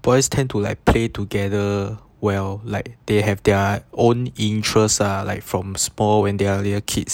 boys tend to like play together well like they have their own interests ah like from small when they are little kids